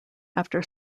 after